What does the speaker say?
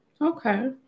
Okay